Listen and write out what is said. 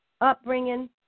upbringing